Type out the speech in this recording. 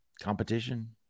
competition